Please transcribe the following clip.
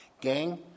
Gang